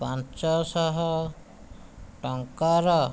ପାଞ୍ଚଶହ ଟଙ୍କାର